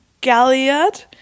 Galliard